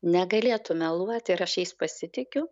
negalėtų meluoti ir aš jais pasitikiu